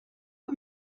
aux